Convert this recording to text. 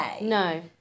no